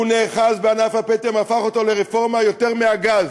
הוא נאחז בענף הפטם, הפך אותו לרפורמה יותר מהגז.